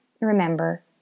remember